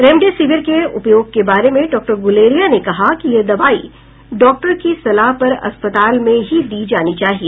remdesivir के उपयोग के बारे में डॉक्टर गुलेरिया ने कहा कि यह दवाई डॉक्टर की सलाह पर अस्पताल में ही दी जानी चाहिए